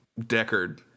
Deckard